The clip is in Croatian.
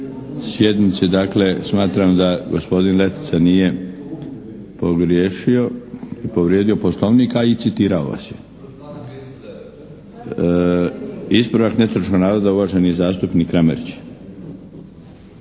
sjednici. Dakle smatram da gospodin Letica nije pogriješio i povrijedio Poslovnik, a i citirao vas je. … /Upadica se ne razumije./ … Ispravak netočnog navoda uvaženi zastupnik Kramarić.